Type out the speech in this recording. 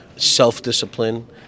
self-discipline